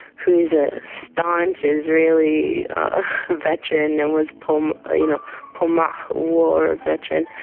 who is a staunch israeli veteran and was um a you know palmach war veteran,